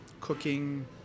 cooking